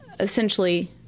Essentially